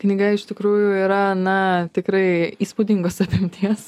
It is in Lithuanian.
knyga iš tikrųjų yra na tikrai įspūdingos apimties